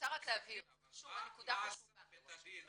פסק דין, אבל מה עשה בית הדין.